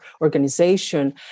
Organization